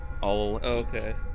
Okay